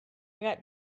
got